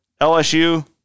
LSU